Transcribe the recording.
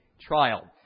trial